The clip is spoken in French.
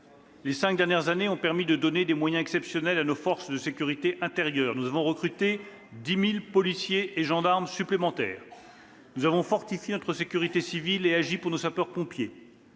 Les cinq dernières années ont permis de donner des moyens exceptionnels à nos forces de sécurité intérieure. Nous avons recruté 10 000 policiers et gendarmes supplémentaires. Nous avons fortifié notre sécurité civile et agi pour nos sapeurs-pompiers.